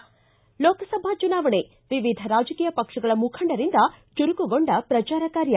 ಿ ಲೋಕಸಭಾ ಚುನಾವಣೆ ವಿವಿಧ ರಾಜಕೀಯ ಪಕ್ಷಗಳ ಮುಖಂಡರಿಂದ ಚುರುಕುಗೊಂಡ ಪ್ರಚಾರ ಕಾರ್ಯ